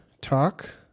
talk